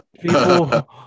People